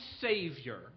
Savior